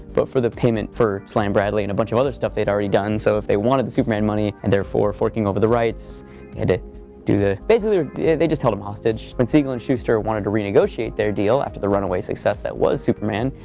but for the payment for slam bradley and a bunch of other stuff they'd already done. so if they wanted the superman money, and therefore forking over the rights, they had to do the basically they just held them hostage. when siegel and shuster wanted to renegotiate their deal after the runaway success that was superman,